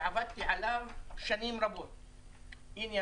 שעבדתי עליו שנים רבות - הנה,